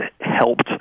helped